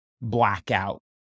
blackout